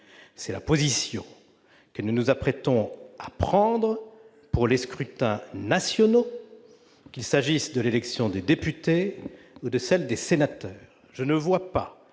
C'est la position que nous nous apprêtons à prendre pour les scrutins nationaux, qu'il s'agisse de l'élection des députés ou de celle des sénateurs. Nous